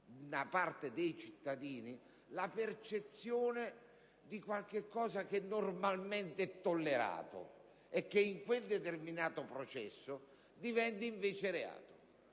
da parte dei cittadini la percezione di un qualcosa che normalmente è tollerato e che in quel determinato processo diventa invece reato.